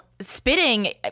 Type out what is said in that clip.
spitting